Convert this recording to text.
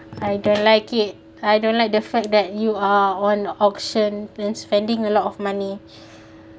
I don't like it I don't like the fact that you are on auction then spending a lot of money